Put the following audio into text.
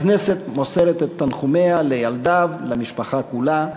הכנסת מוסרת את תנחומיה לילדיו ולמשפחה כולה.